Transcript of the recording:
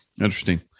Interesting